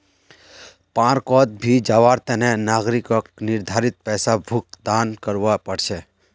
पार्कोंत भी जवार तने नागरिकक निर्धारित पैसा भुक्तान करवा पड़ छे